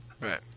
right